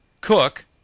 Cook